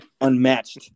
unmatched